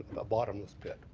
a bottomless pit,